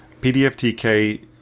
PDFTK